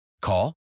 Call